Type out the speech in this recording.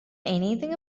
anything